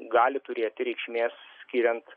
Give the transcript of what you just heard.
gali turėti reikšmės skiriant